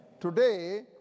Today